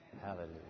Hallelujah